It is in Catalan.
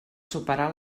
superar